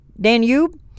Danube